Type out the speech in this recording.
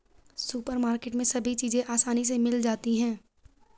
supermarket में सभी चीज़ें आसानी से मिल जाती है